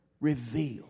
reveal